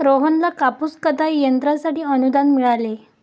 रोहनला कापूस कताई यंत्रासाठी अनुदान मिळाले